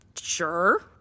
Sure